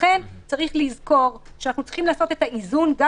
לכן צריך לזכור שאנחנו צריכים לעשות איזון גם